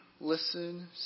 listen